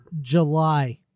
July